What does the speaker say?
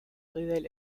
révèle